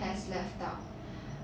has left out